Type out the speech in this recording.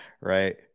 Right